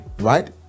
right